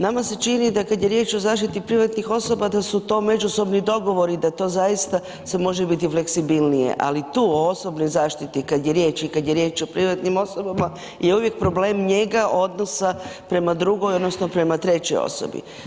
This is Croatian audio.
Nama se čini da kada je riječ o zaštiti privatnih osoba da su to međusobni dogovori da to zaista sve može biti fleksibilnije, ali tu o osobnoj zaštiti kada je riječ i kada je riječ o privatnim osobama je uvijek problem njega odnosa prema drugoj odnosno prema trećoj osobi.